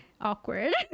Awkward